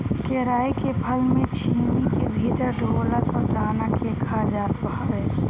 केराई के फसल में छीमी के भीतर ढोला सब दाना के खा जात हवे